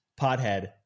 pothead